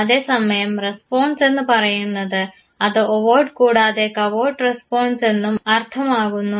അതേസമയം റസ്പോൺസ് എന്ന് പറയുമ്പോൾ അത് ഒവേർട്ട് കൂടാതെ കവേർട്ട് റെസ്പോൺസ് എന്നും അർത്ഥമാകുന്നു